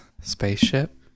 spaceship